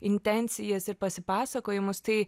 intencijas ir pasipasakojimus tai